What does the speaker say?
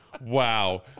Wow